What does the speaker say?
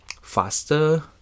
faster